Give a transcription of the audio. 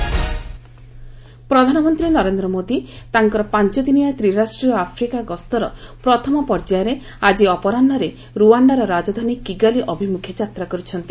PM Africa visit ପ୍ରଧାନମନ୍ତ୍ରୀ ନରେନ୍ଦ୍ର ମୋଦି ତାଙ୍କର ପାଞ୍ଚଦିନିଆ ତ୍ରିରାଷ୍ଟ୍ରୀୟ ଆଫ୍ରିକା ଗସ୍ତର ପ୍ରଥମ ପର୍ଯ୍ୟାୟରେ ଆଜି ଅପରାହ୍ୱରେ ରୁଆଶ୍ଡାର ରାଜଧାନୀ କିଗାଲି ଅଭିମୁଖେ ଯାତ୍ରା କରିଛନ୍ତି